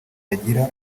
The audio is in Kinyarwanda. yagira